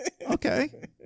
Okay